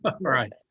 right